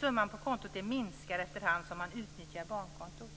Summan på kontot minskar efterhand som man utnyttjar barnkontot.